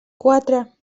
quatre